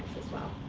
as well.